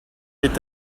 est